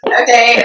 okay